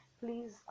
please